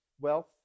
Wealth